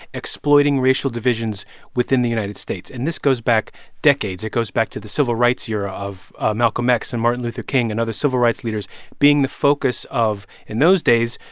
exploiting racial divisions within the united states. and this goes back decades. it goes back to the civil rights era of ah malcolm x and martin luther king and other civil rights leaders being the focus of, in those days,